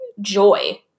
joy